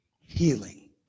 Healing